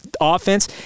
offense